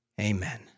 Amen